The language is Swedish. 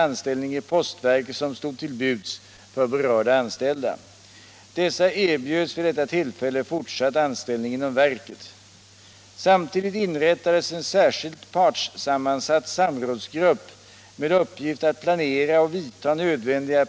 Nr 42 makterna.